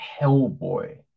hellboy